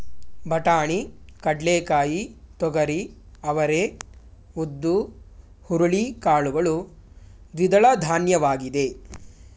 ಬಟಾಣಿ, ಕಡ್ಲೆಕಾಯಿ, ತೊಗರಿ, ಅವರೇ, ಉದ್ದು, ಹುರುಳಿ ಕಾಳುಗಳು ದ್ವಿದಳಧಾನ್ಯವಾಗಿದೆ